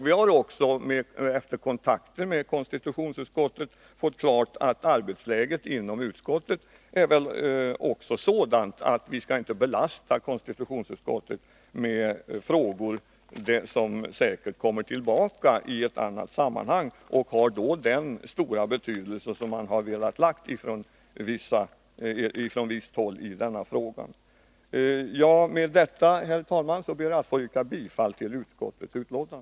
Vi har också vid kontakt med konstitutionsutskottet fått klart för oss att arbetsläget är sådant att vi inte skall belasta konstitutionsutskottet med frågor som säkert kommer tillbaka i ett annat sammanhang, om de har den stora betydelse som man från visst håll har velat lägga in i denna fråga. Med detta, herr talman, ber jag att få yrka bifall till utskottets hemställan.